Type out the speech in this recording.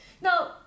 Now